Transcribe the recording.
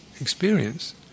experience